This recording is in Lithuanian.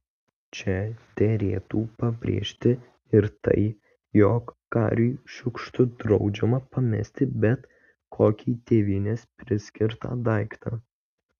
čia derėtų pabrėžti ir tai jog kariui šiukštu draudžiama pamesti bet kokį tėvynės priskirtą daiktą